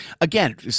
again